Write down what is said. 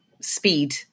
speed